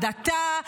הדתה,